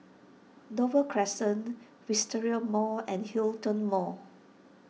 Dover Crescent Wisteria Mall and Hiltion Mall